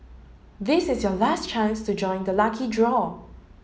this is your last chance to join the lucky draw